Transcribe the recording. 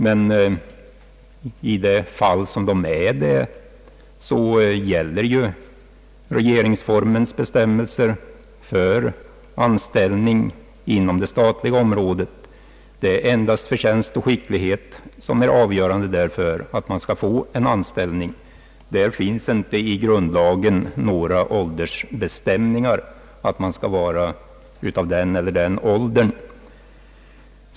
Men på det statliga området gäller ju regeringsformens bestämmelser för anställning — endast förtjänst och skicklighet får vara avgörande vid anställning; i grundlagen sägs ingenting om att de anställningssökande skall vara i den eller den åldern.